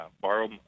borrow